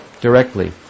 Directly